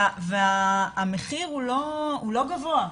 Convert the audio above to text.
והמחיר הוא לא גבוה.